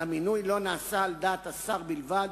והמינוי לא נעשה על דעת השר בלבד,